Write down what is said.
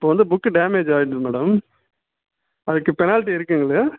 இப்போ வந்து book damage ஆகிருது மேடம் அதுக்கு பெனால்ட்டி இருக்குதுங்க இல்லையா